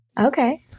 Okay